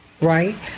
right